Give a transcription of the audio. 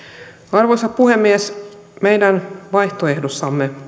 arvoisa puhemies meidän vaihtoehdossamme